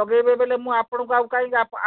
ଲଗେଇବେ ବୋଲେ ମୁଁ ଆପଣଙ୍କୁ ଆଉ କାହିଁକି ଆପ